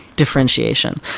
Differentiation